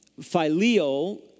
phileo